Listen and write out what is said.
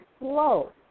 slow